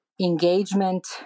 engagement